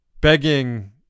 begging